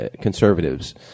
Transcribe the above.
conservatives